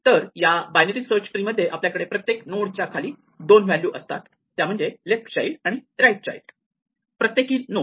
तर या binary search tree मध्ये आपल्याकडे प्रत्येक नोड च्या खाली दोन व्हॅल्यू असतात त्या म्हणजे लेफ्ट चाइल्ड आणि राईट चाइल्ड